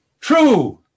True